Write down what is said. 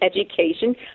education